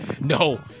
No